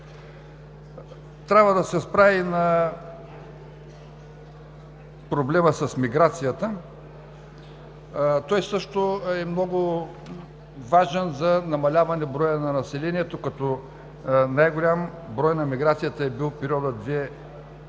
Трябва да се спра и на проблема с миграцията. Той също е много важен за намаляване броя на населението, като най-голям брой на миграцията е бил в периода 2000